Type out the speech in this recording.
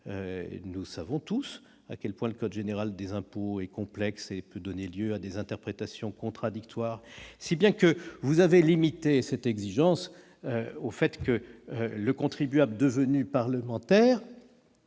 Nous savons tous à quel point le code général des impôts est complexe et peut donner lieu à des interprétations contradictoires, si bien que vous avez limité cette exigence à l'obligation, pour le contribuable devenu parlementaire,